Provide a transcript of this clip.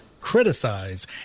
criticize